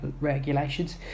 regulations